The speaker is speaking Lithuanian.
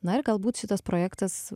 na ir galbūt šitas projektas